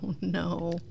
no